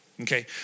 okay